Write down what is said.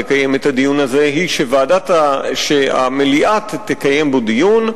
לקיים את הדיון הזה היא שהמליאה תקיים בו דיון,